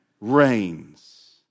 reigns